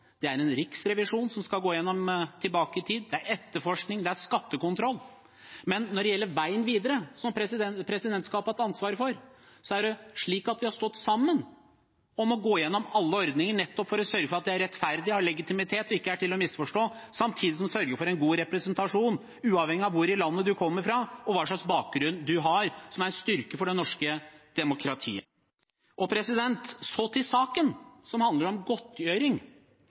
Det er en riksrevisjon som skal gå igjennom ting tilbake i tid, det er etterforskning og skattekontroll. Men når det gjelder veien videre, som presidentskapet har hatt ansvaret for, har vi stått sammen om å gå gjennom alle ordninger, nettopp for å sørge for at det er rettferdig, har legitimitet og ikke er til å misforstå – samtidig som det sørger for en god representasjon, uavhengig av hvor i landet man kommer fra, og uavhengig av hva slags bakgrunn man har, noe som er en styrke for det norske demokratiet. Så til saken, som handler om godtgjøring: